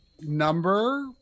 number